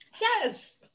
Yes